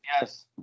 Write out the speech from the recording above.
Yes